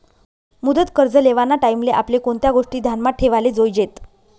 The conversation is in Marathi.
मुदत कर्ज लेवाना टाईमले आपले कोणत्या गोष्टी ध्यानमा ठेवाले जोयजेत